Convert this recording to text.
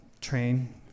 train